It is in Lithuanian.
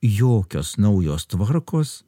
jokios naujos tvarkos